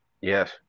yes